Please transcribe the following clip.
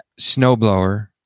snowblower